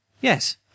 Yes